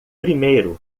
primeiro